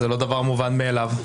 וזה לא דבר מובן מאליו.